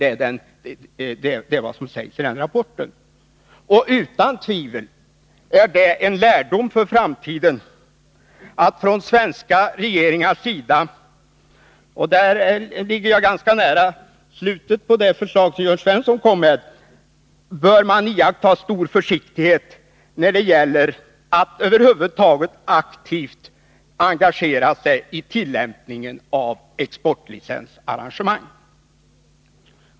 Utan tvivel är det en Onsdagen den lärdom för framtiden, att från svenska regeringars sida — och där ligger jag 12 maj 1982 ganska nära vad Jörn Svensson anförde i slutet av sitt särskilda yrkande — bör man iaktta stor försiktighet när det gäller att över huvud taget aktivt engagera sig i tillämpningen beträffande exportlicensarrangemang.